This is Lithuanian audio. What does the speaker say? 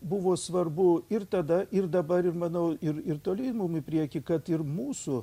buvo svarbu ir tada ir dabar ir manau ir ir tolyn mum į priekį kad ir mūsų